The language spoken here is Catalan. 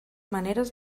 maneres